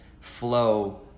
flow